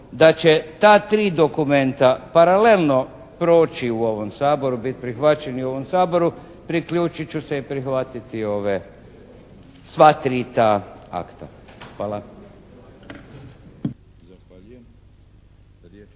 da će ta tri dokumenta paralelno proći u ovom Saboru, bit prihvaćeni u ovom Saboru, priključit ću se i prihvatiti ove, sva tri ta akta. Hvala. **Milinović,